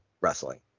wrestling